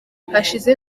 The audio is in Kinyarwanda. hashize